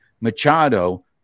Machado